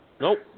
Nope